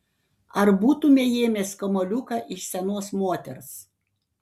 ar būtumei ėmęs kamuoliuką iš senos moters